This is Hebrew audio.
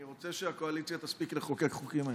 אני רוצה שהקואליציה תספיק לחוקק חוקים היום.